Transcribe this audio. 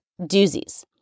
doozies